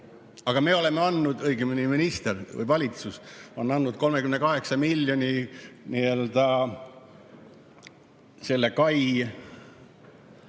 Aga me oleme andnud, õigemini minister või valitsus on andnud 38 miljonit selle kai